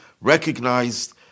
recognized